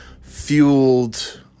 fueled